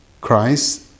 Christ